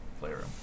Playroom